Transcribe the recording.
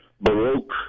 Baroque